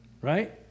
Right